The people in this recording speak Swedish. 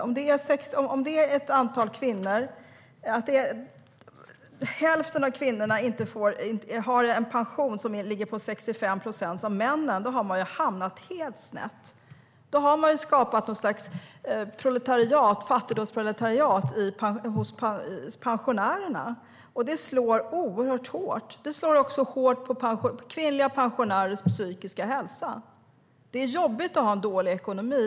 Om hälften av kvinnorna har en pension som ligger på 65 procent av männens har man hamnat helt snett. Då har man skapat ett slags fattigdomsproletariat för pensionärerna. Det slår oerhört hårt. Det slår också hårt mot kvinnliga pensionärers psykiska hälsa. Det är jobbigt att ha dålig ekonomi.